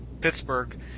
Pittsburgh